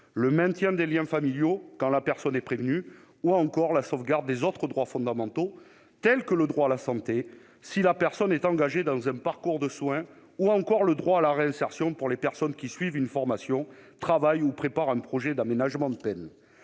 le maintien des liens familiaux- quand la personne est prévenue -ou encore la sauvegarde des autres droits fondamentaux, tels que le droit à la santé si la personne est engagée dans un parcours de soin, ou encore le droit à la réinsertion pour les personnes qui suivent une formation, travaillent ou préparent un projet d'aménagement de peine